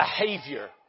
behavior